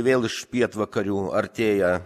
vėl iš pietvakarių artėja